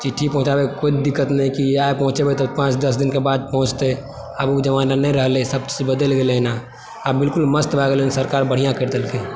चिट्ठी पहुँचाबयके कोइ दिक्कत नहि कि आइ पहुँचेबय तऽ पाँच दश दिनके बाद पहुँचते आब ओ जमाना नहि रहले सभचीज बदलि गेलय एना आबऽ बिल्कुल मस्त भए गेलय सरकार बढिआँ करि देलकय